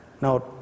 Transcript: Now